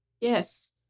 yes